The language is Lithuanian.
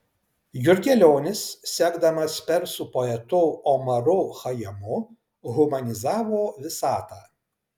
jurgelionis sekdamas persų poetu omaru chajamu humanizavo visatą